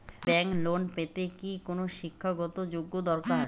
Bank loan পেতে কি কোনো শিক্ষা গত যোগ্য দরকার?